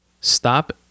Stop